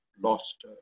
lost